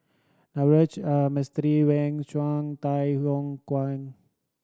Naveji R Mistori When Chunde Tay Yong Guan